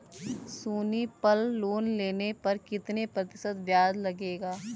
सोनी पल लोन लेने पर कितने प्रतिशत ब्याज लगेगा?